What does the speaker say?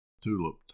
Tulip